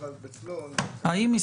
מה שאני מציע זה ליישר קו עם מדינות הנאורות